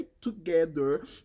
together